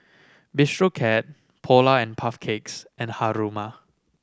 Bistro Cat Polar and Puff Cakes and Haruma